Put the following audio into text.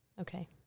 Okay